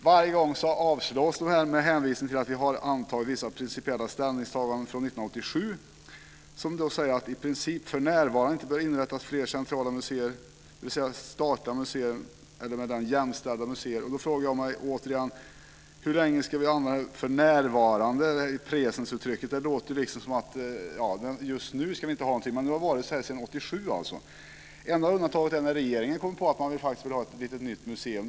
Varje gång avslås de med hänvisning till att vi har antagit vissa principiella ställningstaganden 1987 som innebär att det i princip för närvarande inte bör inrättas fler centrala museer, dvs. statliga museer eller med dem jämställda museer. Då frågar jag min återigen: Hur länge ska vi säga "för närvarande"? Det låter som att vi inte ska ha någonting just nu, men det har varit så här sedan 1987. Enda undantaget är när regeringen kommer på att man faktiskt vill ha ett nytt museum.